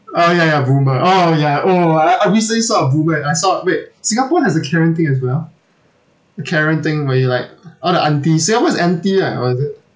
oh ya ya boomer oh ya oh I I recently saw a boomer and I saw wait singapore has a karen thing as well the karen thing where you like all the aunties ya what's the auntie right or is it